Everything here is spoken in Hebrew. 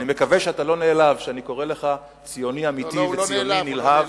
ואני מקווה שאתה לא נעלב שאני קורא לך ציוני אמיתי וציוני נלהב.